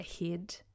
ahead